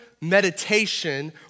meditation